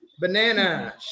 Banana